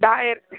drawer